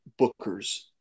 bookers